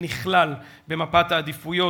היישוב ביתר-עילית נכלל במפת העדיפויות,